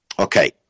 Okay